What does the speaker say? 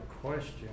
question